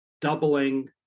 doubling